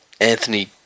Anthony